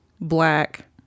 black